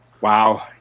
Wow